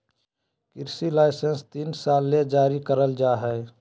कृषि लाइसेंस तीन साल ले जारी कइल जा हइ